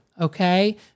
okay